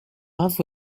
love